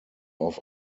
auf